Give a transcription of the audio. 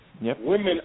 Women